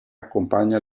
accompagna